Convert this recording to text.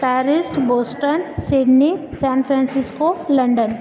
Paris Boston Sydney San Francisco London